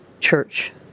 church